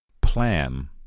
Plan